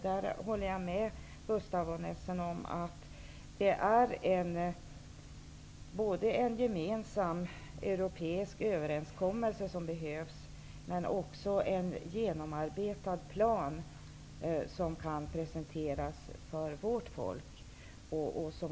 Jag håller med Gustaf von Essen om att både en gemensam europeisk överenskommelse och en genomarbetad plan som kan presenteras för vårt folk behövs.